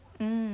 hmm